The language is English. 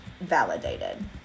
validated